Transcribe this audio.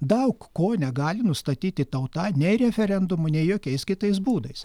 daug ko negali nustatyti tauta nei referendumu nei jokiais kitais būdais